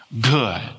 good